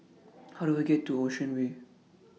How Do I get to Ocean Way